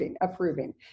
approving